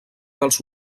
dels